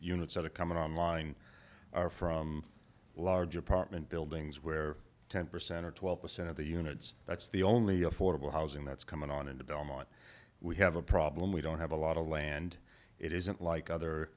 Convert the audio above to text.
units that are coming online are from large apartment buildings where ten percent or twelve percent of the units that's the only affordable housing that's coming on in the belmont we have a problem we don't have a lot of land it isn't like other